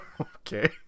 Okay